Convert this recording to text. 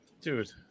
Dude